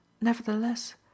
Nevertheless